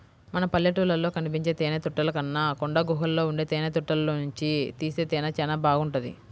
మన పల్లెటూళ్ళలో కనిపించే తేనెతుట్టెల కన్నా కొండగుహల్లో ఉండే తేనెతుట్టెల్లోనుంచి తీసే తేనె చానా బాగుంటది